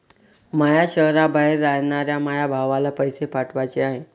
माया शैहराबाहेर रायनाऱ्या माया भावाला पैसे पाठवाचे हाय